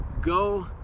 go